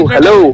Hello